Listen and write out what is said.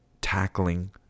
tackling